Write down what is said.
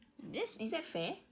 this is that fair